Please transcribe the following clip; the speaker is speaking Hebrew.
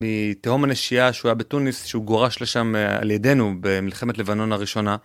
מתהום הנשיה שהוא היה בטוניס שהוא גורש לשם על ידינו במלחמת לבנון הראשונה.